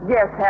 Yes